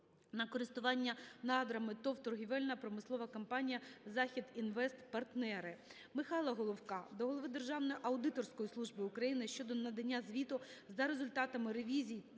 на користування надрами ТОВ "Торгівельно-промислова компанія "Західінвест-Партнери". Михайла Головка до голови Державної аудиторської служби України щодо надання звіту за результатами ревізії